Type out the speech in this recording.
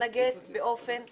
להתנגד באופן פיסי.